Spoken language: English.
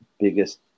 biggest